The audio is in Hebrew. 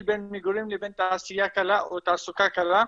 בין מגורים לבין תעשייה קלה או תעסוקה קלה,